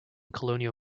colonial